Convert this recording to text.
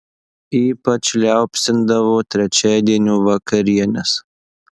ypač liaupsindavo trečiadienio vakarienes